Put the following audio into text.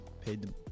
paid